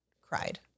cried